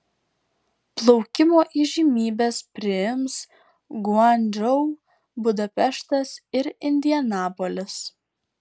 plaukimo įžymybes priims guangdžou budapeštas ir indianapolis